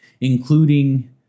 including